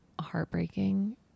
heartbreaking